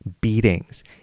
beatings